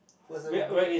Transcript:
first I will book